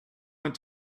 went